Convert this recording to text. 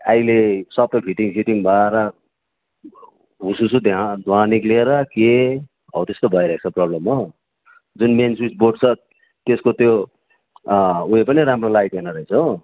अहिले सबै fitting sitting भएर हुसुसु धुवाँ धुवाँ निक्लेर के हौ त्यस्तो भइरहेको छ प्रोब्लम हो जुन मेन स्विच बोर्ड छ त्यसको त्यो उयो पनि राम्रो लाइदिएन रहेछ हो